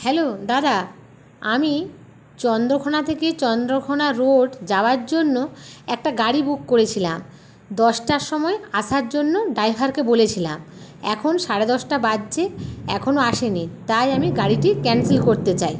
hello দাদা আমি চন্দ্রকোনা থেকে চন্দ্রকোনা রোড যাওয়ার জন্য একটা গাড়ি বুক করেছিলাম দশটার সময় আসার জন্য ড্রাইভারকে বলেছিলাম এখন সাড়ে দশটা বাজছে এখনো আসেনি তাই আমি গাড়িটি ক্যান্সেল করতে চাই